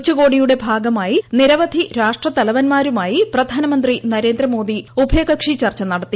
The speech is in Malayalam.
ഉച്ചകോടിയുടെ ഭാഗമായി നിരവധി രാഷ്ട്രത്തലവൻമാരുമായി പ്രധാനമന്ത്രി നരേന്ദ്രമോദി ഉഭയകക്ഷി ചർച്ച നടത്തി